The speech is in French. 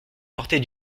portée